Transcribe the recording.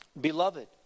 Beloved